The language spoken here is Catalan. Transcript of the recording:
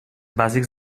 bàsics